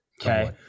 okay